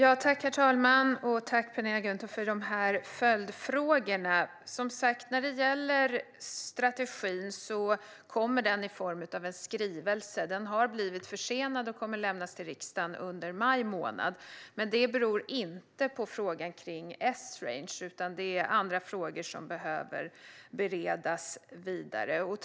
Herr talman! Jag tackar Penilla Gunther för följdfrågorna. När det gäller strategin kommer den i form av en skrivelse. Den har blivit försenad och kommer att lämnas till riksdagen under maj månad. Förseningen beror dock inte på frågan om Esrange, utan det är andra frågor som behöver beredas vidare.